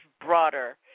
broader